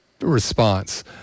response